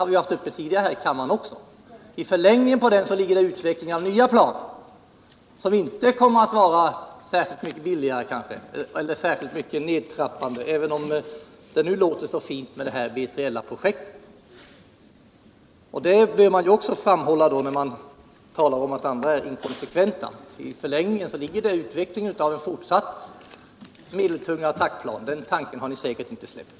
Han talar inte om att i förlängningen på den ligger utveckling av nya plan. De kanske inte kommer att bli särs<ilt mycket billigare eller få en mera nedtrappande effekt, trots att det nu låter så fint med B3LA-projektet. Detta borde också framgå när man talar om att andra är inkonsekventa. I förlängningen ligger en fortsatt utveckling av medeltungt attack plan — den tanken har ni säkert inte släppt.